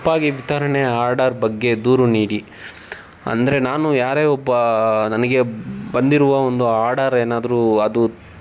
ತಪ್ಪಾಗಿ ವಿತರಣೆ ಆರ್ಡರ್ ಬಗ್ಗೆ ದೂರು ನೀಡಿ ಅಂದರೆ ನಾನು ಯಾರೇ ಒಬ್ಬ ನನಗೆ ಬಂದಿರುವ ಒಂದು ಆರ್ಡರ್ ಏನಾದರೂ ಅದು